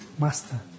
Master